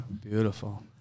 Beautiful